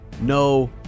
No